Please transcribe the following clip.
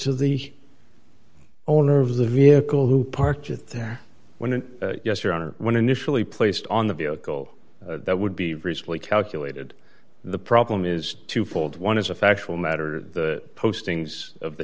to the owner of the vehicle who parked it there when yes your honor when initially placed on the vehicle that would be reasonably calculated the problem is twofold one as a factual matter the postings of the